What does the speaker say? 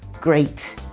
great.